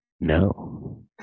no